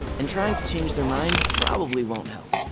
and trying to change their mind probably won't help.